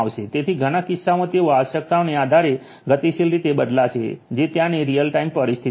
તેથી ઘણા કિસ્સાઓમાં તેઓ આવશ્યકતાઓને આધારે ગતિશીલ રીતે બદલાશે જે ત્યાંની રીઅલટાઇમ પરિસ્થિતિ છે